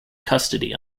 custody